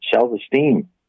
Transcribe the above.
self-esteem